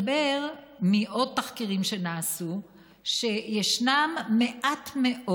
מסתבר מעוד תחקירים שנעשו שישנן מעט מאוד